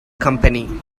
company